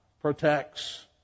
protects